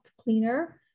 cleaner